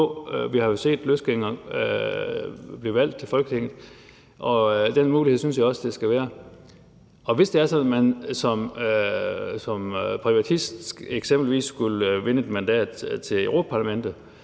Vi har jo set løsgængere blive valgt til Folketinget, og den mulighed synes jeg også der skal være. Hvis det er sådan, at man som privatist eksempelvis skulle vinde et mandat til Europa-Parlamentet,